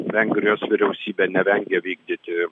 vengrijos vyriausybė nevengė vykdyti